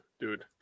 dude